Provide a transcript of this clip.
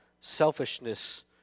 selfishness